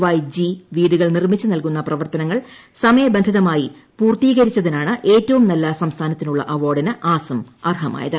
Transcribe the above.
Y G വീടുകൾ നിർമ്മിച്ചു നൽകുന്ന പ്രവർത്തനങ്ങൾ സമയബന്ധിതമായി പൂർത്തീകരിച്ചതിനാണ് ഏറ്റവും നല്ല സംസ്ഥാനത്തിനുള്ള അവാർഡിന് അസം അർഹമായത്